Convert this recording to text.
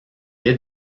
est